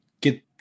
get